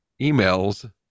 emails